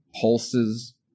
pulses